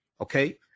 Okay